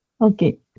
Okay